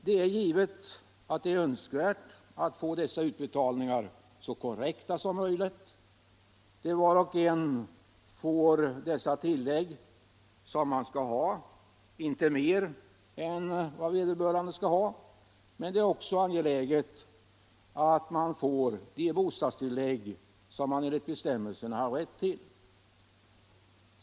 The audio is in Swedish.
Det är givet att det är önskvärt att få utbetalningarna så korrekta som möjligt, så att var och en som får bostadstillägg inte får mer än han skall ha men också så att var och en får det bostadstillägg som han enligt bestämmelserna har rätt till.